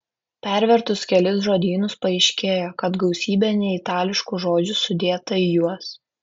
pervertus kelis žodynus paaiškėjo kad gausybė neitališkų žodžių sudėta į juos